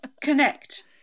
connect